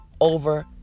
over